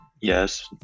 yes